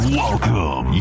welcome